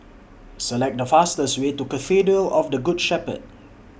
Select The fastest Way to Cathedral of The Good Shepherd